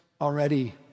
already